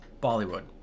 Bollywood